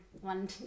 one